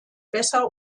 besser